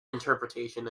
interpretation